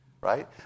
right